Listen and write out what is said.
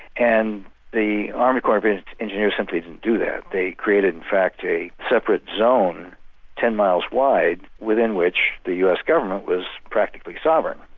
and the army corps of of engineers simply didn't do that, they created in fact a separate zone ten miles wide, within which the us government was practically sovereign.